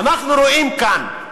ואנחנו רואים כאן: